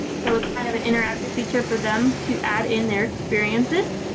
so kind of an interactive feature for them to add in their experiences.